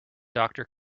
doctor